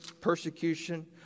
persecution